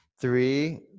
Three